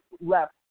left